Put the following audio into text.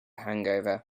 hangover